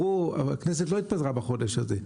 והכנסת לא התפזרה בחודש הזה.